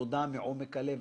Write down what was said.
תודה מעומק הלב.